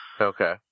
Okay